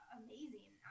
amazing